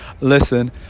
listen